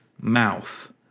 mouth